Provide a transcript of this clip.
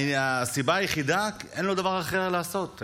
הסיבה היחידה: כי אין לו דבר אחר לעשות,